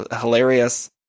hilarious